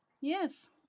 Yes